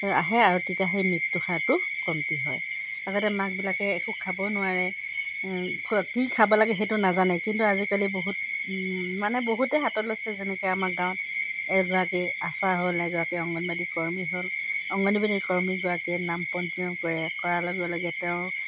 আহে আৰু তেতিয়া সেই মৃত্যু হাৰটো কমটি হয় আগতে মাকবিলাকে একো খাব নোৱাৰে কি খাব লাগে সেইটো নাজানে কিন্তু আজিকালি বহুত মানে বহুতে হাতত লৈছে যেনেকৈ আমাৰ গাঁৱত এগৰাকী আচাৰ হ'ল এগৰাকী অংগনবাদী কৰ্মী হ'ল অংগনবাদী কৰ্মীগৰাকীয়ে নাম পঞ্জীয়ন কৰে কৰাৰ লগে লগে তেওঁ